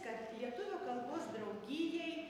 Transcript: kad lietuvių kalbos draugijai